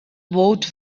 vote